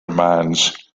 mines